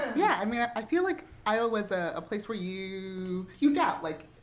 yeah, i mean i feel like iowa's a place where you you doubt, like,